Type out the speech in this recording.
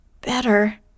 Better